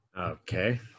okay